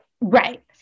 Right